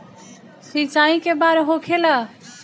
सिंचाई के बार होखेला?